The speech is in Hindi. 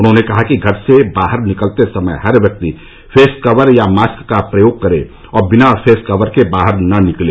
उन्होंने कहा कि घर से बाहर निकलने पर हर व्यक्ति फेस कवर या मास्क का प्रयोग करे और बिना फेस कवर के बाहर न निकले